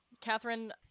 Catherine